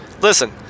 Listen